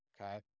okay